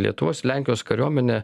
lietuvos lenkijos kariuomenė